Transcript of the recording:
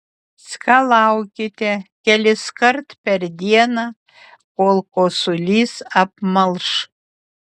skalaukite keliskart per dieną kol kosulys apmalš